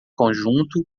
conjunto